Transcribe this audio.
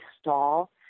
stall